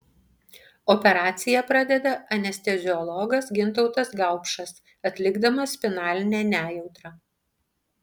operaciją pradeda anesteziologas gintautas gaupšas atlikdamas spinalinę nejautrą